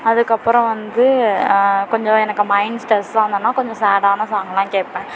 அதுக்கு அப்புறம் வந்து கொஞ்சம் எனக்கு மைண்ட் ஸ்ட்ரெஸ்ஸாக இருந்ததுனா கொஞ்சம் சேடான சாங்கெலாம் கேட்பேன்